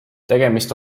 tegemist